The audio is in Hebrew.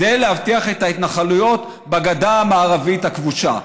כדי להבטיח את ההתנחלויות בגדה המערבית הכבושה.